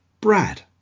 brad